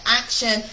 action